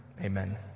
Amen